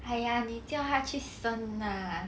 !haiya! 你叫她去生 lah